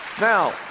Now